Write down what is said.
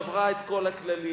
ששבר את כל הכללים,